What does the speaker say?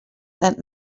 that